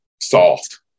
soft